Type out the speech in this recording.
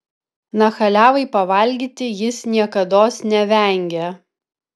nachaliavai pavalgyti jis niekados nevengia